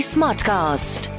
Smartcast